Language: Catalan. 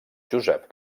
josep